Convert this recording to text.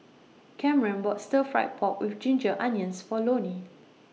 Cameron bought Stir Fry Pork with Ginger Onions For Loni